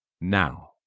now